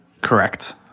Correct